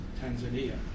Tanzania